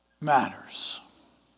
matters